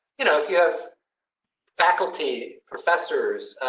you know, if you have faculty professors.